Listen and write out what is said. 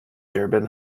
durban